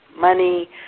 money